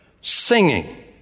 singing